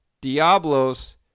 Diablos